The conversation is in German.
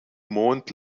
mond